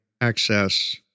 access